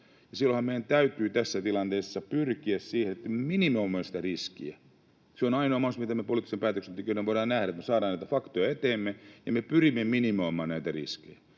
silloinhan meidän täytyy tässä tilanteessa pyrkiä siihen, että minimoimme sitä riskiä. Se on ainoa mahdollisuus, mitä me poliittisina päätöksentekijöinä voidaan nähdä, että me saadaan faktoja eteemme ja me pyrimme minimoimaan näitä riskejä.